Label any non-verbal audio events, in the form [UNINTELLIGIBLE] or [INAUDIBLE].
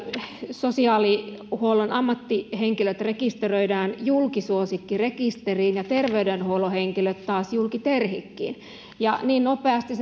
sosiaalihuollon ammattihenkilöt rekisteröidään julkisuosikki rekisteriin ja terveydenhuollon henkilöt taas julkiterhikkiin niin nopeasti [UNINTELLIGIBLE]